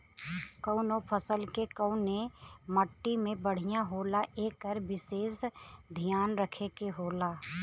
कउनो फसल के कउने मट्टी में बढ़िया होला एकर विसेस धियान रखे के होला